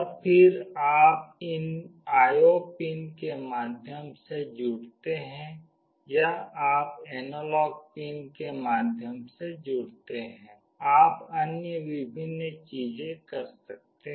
और फिर आप इन IO पिन के माध्यम से जुड़ते हैं या आप एनालॉग पिन के माध्यम से जुड़ते हैं आप अन्य विभिन्न चीजें कर सकते हैं